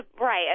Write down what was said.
Right